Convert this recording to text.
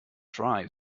dry